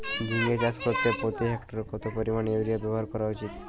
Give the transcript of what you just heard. ঝিঙে চাষ করতে প্রতি হেক্টরে কত পরিমান ইউরিয়া ব্যবহার করা উচিৎ?